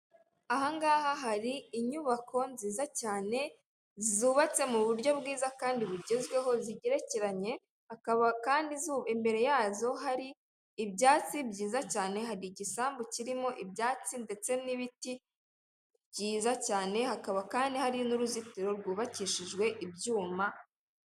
Ahangaha hari inyubako nziza cyane zubatse mu buryo bwiza kandi bugezweho zigerekeranye hakaba kandi izuba imbere yazo hari ibyatsi byiza cyane hari igisambu kirimo ibyatsi ndetse n'ibiti byiza cyane hakaba kandi hari n'uruzitiro rwubakishijwe ibyuma.